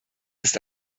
ist